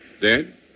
Dead